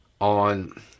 on